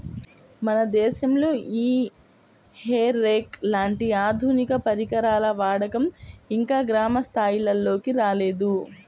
మన దేశంలో ఈ హే రేక్ లాంటి ఆధునిక పరికరాల వాడకం ఇంకా గ్రామ స్థాయిల్లోకి రాలేదు